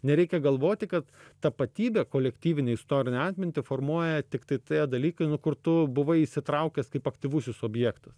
nereikia galvoti kad tapatybę kolektyvinę istorinę atmintį formuoja tiktai tie dalykai nu kur tu buvai įsitraukęs kaip aktyvusis objektas